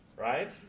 right